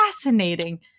fascinating